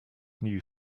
new